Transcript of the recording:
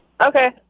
Okay